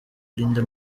linda